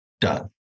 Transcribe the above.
done